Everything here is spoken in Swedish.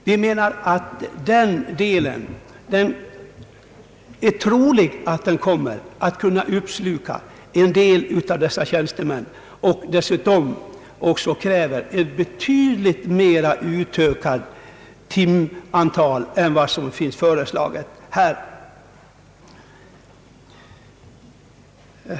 Vi menar att det är troligt att miljövården kommer att kunna sluka upp en del av dessa tjänstemän, och dessutom kräver den ett betydligt större timantal än vad som föreslagits här.